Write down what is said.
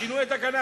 שינו את התקנה.